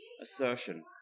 assertion